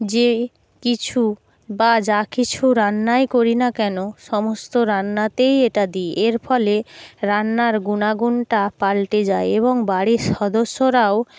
যে কিছু বা যা কিছু রান্নাই করি না কেন সমস্ত রান্নাতেই এটা দিই এর ফলে রান্নার গুণাগুণটা পাল্টে যায় এবং বাড়ির সদস্যরাও